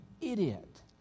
idiot